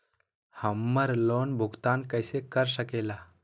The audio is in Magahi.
हम्मर लोन भुगतान कैसे कर सके ला?